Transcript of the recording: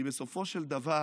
כי בסופו של דבר